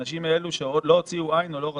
אלה אנשים שעוד לא הוציאו עין או לא רצחו,